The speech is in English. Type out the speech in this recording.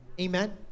Amen